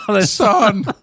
son